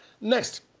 Next